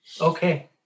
okay